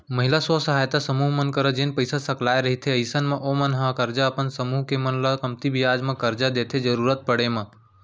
महिला स्व सहायता समूह मन करा जेन पइसा सकलाय रहिथे अइसन म ओमन ह करजा अपन समूह के मन ल कमती बियाज म करजा देथे जरुरत पड़े म